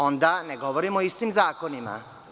Onda ne govorimo o istim zakonima.